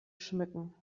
schmücken